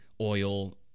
oil